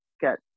get